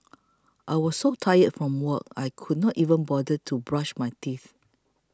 I was so tired from work I could not even bother to brush my teeth